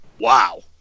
wow